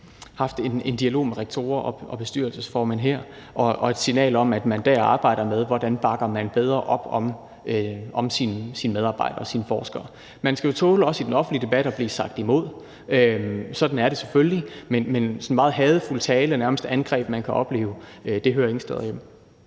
også haft en dialog med rektorer og bestyrelsesformænd med et signal om, at man der arbejder med, hvordan man bakker bedre op om sine medarbejdere og sine forskere. Man skal kunne tåle i den offentlige debat at blive sagt imod – sådan er det selvfølgelig – men den sådan meget hadefulde tale og nærmest angreb, man kan opleve, hører ingen steder hjemme.